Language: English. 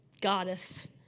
goddess